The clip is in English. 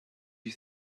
you